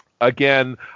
again